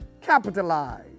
Capitalize